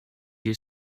you